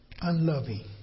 unloving